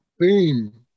theme